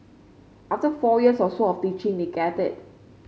after four years or so of teaching they get it